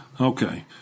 Okay